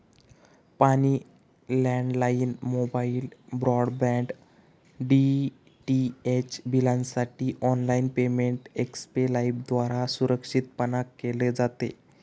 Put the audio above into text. पाणी, landline, mobile, broadband, DTH बिलांसाठी online payment Xpay लाइफद्वारा सुरक्षितपणान केले जाते